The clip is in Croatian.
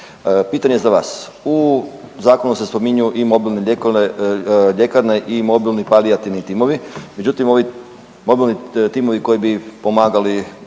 Pitanje za vas, u zakonu se spominju i mobilne ljekarne i mobilni palijativni timovi, međutim ovi mobilni timovi koji bi pomagali